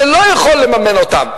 שלא יכול לממן אותם,